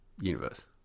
universe